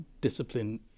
discipline